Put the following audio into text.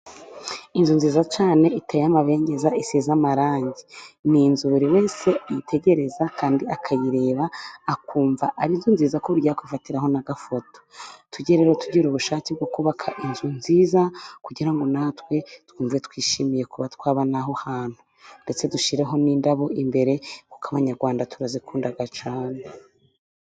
Inzu nziza cyane iteye amabengeza isize amarangi, ni inzu buri wese yitegereza kandi akayireba akumva ari inzu nziza ku buryo yakwifatiraho n'agafoto. Tujye rero tugira ubushake bwo kubaka inzu nziza, kugira ngo natwe twumve twishimiye kuba twaba n'aho hantu, ndetse dushyiraho n'indabo imbere kuko Abanyarwanda turazikunda cyane.